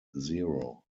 zero